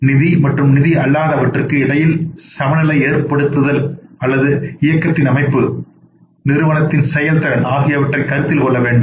நிதி மற்றும் நிதி அல்லாதவற்றுக்கு இடையில் சமநிலையை ஏற்படுத்துதல் அல்லது இயக்கத்தின் அமைப்பு நிறுவனத்தின் செயல்திறன் ஆகியவற்றைக் கருத்தில் கொள்ள வேண்டும்